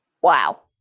Wow